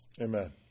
Amen